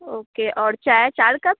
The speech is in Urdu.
اوکے اور چائے چار کپ